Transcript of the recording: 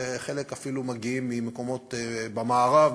וחלק אפילו מגיעים ממקומות במערב,